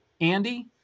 Andy